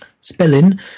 Spelling